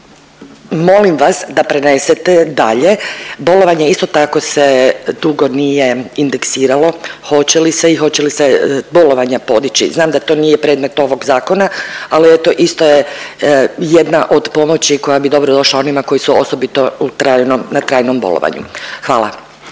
molim vas da prenesete dalje, bolovanje isto tako se dugo nije indeksiralo, hoće li se i hoće li ste bolovanje podići. Znam da to nije predmet ovog zakona ali eto isto je jedna od pomoći koja bi dobro došla onima koji su osobito u trajnom, na trajnom bolovanju. Hvala.